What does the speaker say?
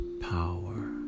Power